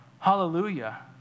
Hallelujah